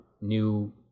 new